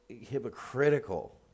hypocritical